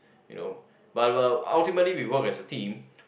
you know but but ultimately we work as a team